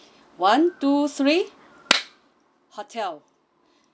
one two three hotel